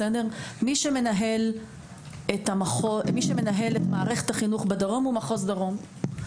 מי שמנהל את מערכת החינוך בדרום זה מחוז דרום.